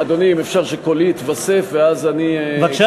אדוני, אם אפשר שקולי יתווסף ואז אני, בבקשה.